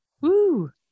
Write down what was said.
Woo